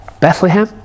Bethlehem